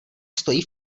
stojí